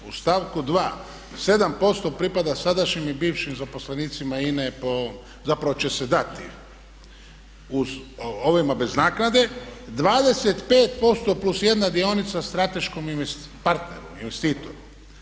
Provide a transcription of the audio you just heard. U stavku 2. 7% pripada sadašnjim i bivšim zaposlenicima INA-e, zapravo će se dati, ovima bez naknade 25% plus jedna dionica strateškom partneru, investitoru.